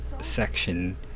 section